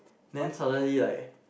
then suddenly like